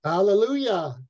Hallelujah